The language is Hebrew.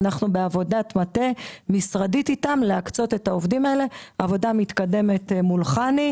אנחנו נמצאים בעבודת מטה מתקדמת מול חני,